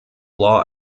law